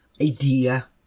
idea